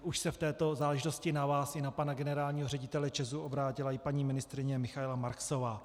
Už se v této záležitosti na vás i na pana generálního ředitele ČEZu obrátila i paní ministryně Michaela Marksová.